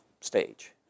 stage